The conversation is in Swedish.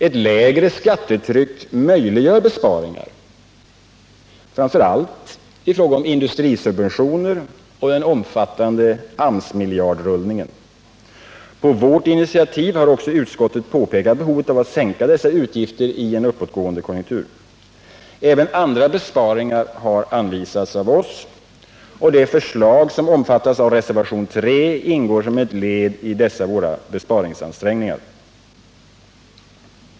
Ett lägre skattetryck möjliggör besparingar, framför allt i fråga om industrisubventioner och den omfattande AMS-miljardrullningen. På vårt initiativ har också utskottet påpekat behovet av att sänka dessa utgifter i en uppåtgående konjunktur. Även andra besparingar har anvisats av oss. Det förslag som omfattas av reservationen 3 ingår som ett led i dessa våra besparingsansträngningar.